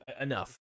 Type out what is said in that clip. enough